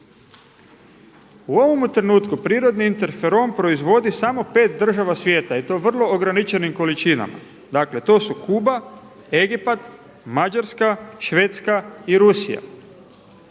U ovomu trenutku prirodni interferon proizvodi samo pet država svijeta i to u vrlo ograničenim količinama. Dakle, to su Kuba, Egipat, Mađarska, Švedska i Rusija.